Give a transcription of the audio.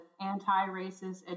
anti-racist